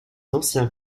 anciens